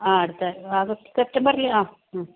ആ അടുത്ത ഓഗസ്റ്റ് സെപ്റ്റംബറിൽ ആ